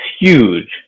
huge